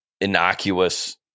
innocuous